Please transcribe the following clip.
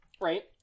right